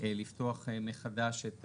לפתוח מחדש את